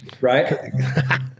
Right